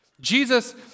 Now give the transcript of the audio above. Jesus